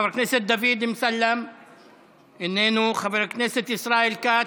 חבר הכנסת דוד אמסלם, איננו, חבר הכנסת ישראל כץ,